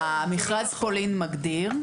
מכרז פולין מגדיר.